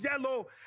yellow